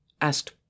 Asked